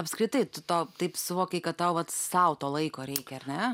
apskritai tu to taip suvokei kad tau vat sau to laiko reikia ar ne